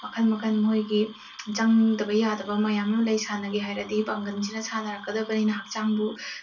ꯃꯈꯜ ꯃꯈꯜ ꯃꯣꯏꯒꯤ ꯆꯪꯗꯕ ꯌꯥꯗꯕ ꯃꯌꯥꯝ ꯑꯃ ꯂꯩ ꯁꯥꯟꯅꯒꯦ ꯍꯥꯏꯔꯗꯤ ꯄꯥꯡꯒꯟꯁꯤꯅ ꯁꯥꯟꯅꯔꯛꯀꯗꯕꯅꯤꯅ ꯍꯛꯆꯥꯡꯕꯨ